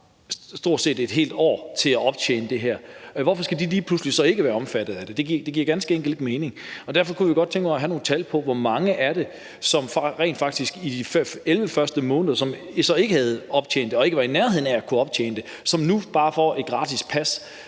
stort set et helt år til at optjene det her, så hvorfor skal de lige pludselig ikke være omfattet af det? Det giver ganske enkelt ikke mening, og derfor kunne jeg godt tænke mig at få nogle tal på, hvor mange det er, som rent faktisk i de første 11 måneder ikke havde optjent det og ikke var i nærheden af at kunne optjene det, men som nu bare får et gratis pas